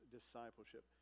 Discipleship